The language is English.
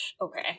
okay